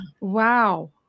Wow